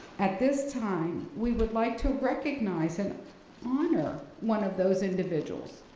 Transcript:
at this time, we would like to recognize and honor one of those individuals.